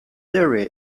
area